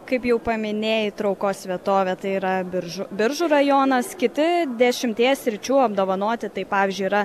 kaip jau paminėjai traukos vietovė tai yra biržų biržų rajonas kiti dešimties sričių apdovanoti tai pavyzdžiui yra